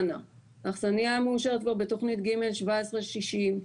האכסנייה מאושרת כבר בתכנית ג/ 1760,